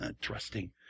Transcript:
trusting